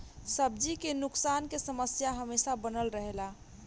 सब्जी के नुकसान के समस्या हमेशा बनल रहेला